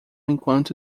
enquanto